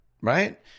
Right